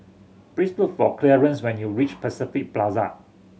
please look for Clearence when you reach Pacific Plaza